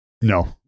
No